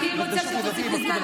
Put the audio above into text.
אני רוצה שתוסיף לי זמן,